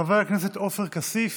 חבר הכנסת עופר כסיף,